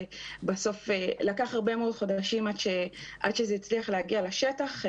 ובסוף לקח הרבה מאוד חודשים עד שזה הצליח להגיע לשטח.